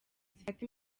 zifata